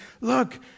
Look